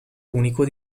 unico